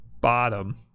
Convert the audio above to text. bottom